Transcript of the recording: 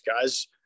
guys